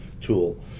tool